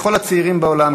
ככל הצעירים בעולם,